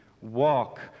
Walk